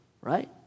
right